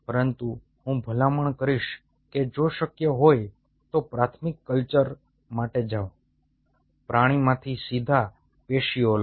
પરંતુ હું ભલામણ કરીશ કે જો શક્ય હોય તો પ્રાથમિક કલ્ચર માટે જાવ પ્રાણીમાંથી સીધા પેશીઓ લો